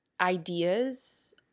ideas